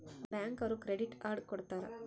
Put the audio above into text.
bank ಅವ್ರು credit card ಕೊಡ್ತಾರ